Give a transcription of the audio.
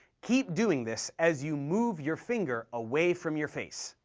keep doing this as you move your finger away from your face.